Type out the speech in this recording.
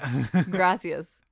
gracias